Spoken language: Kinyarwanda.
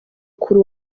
kure